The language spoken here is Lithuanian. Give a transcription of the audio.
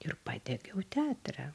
ir padegiau teatrą